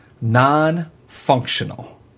Non-functional